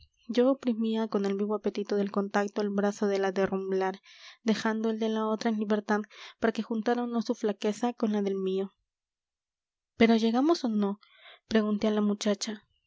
yo oprimía con el vivo apetito del contacto el brazo de la de rumblar dejando el de la otra en libertad de que juntara o no su flaqueza con la del mío pero llegamos o no pregunté a la muchacha